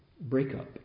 breakup